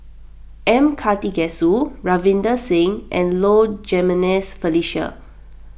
M Karthigesu Ravinder Singh and Low Jimenez Felicia